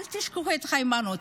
אל תשכחו את היימנוט.